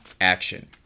action